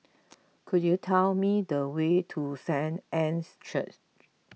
could you tell me the way to Saint Anne's Church